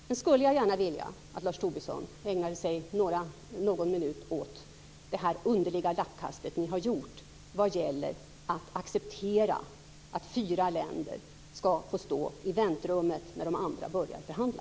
Jag skulle också vilja att Lars Tobisson ägnade någon minut åt det underliga lappkast som ni har gjort vad gäller att acceptera att fyra länder skall få stå i väntrummet när de andra börjar förhandla.